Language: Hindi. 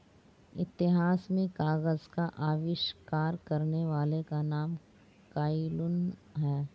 इतिहास में कागज का आविष्कार करने वाले का नाम काई लुन है